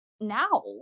now